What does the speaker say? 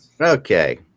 okay